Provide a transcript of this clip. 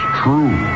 true